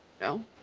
No